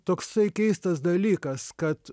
toksai keistas dalykas kad